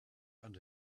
and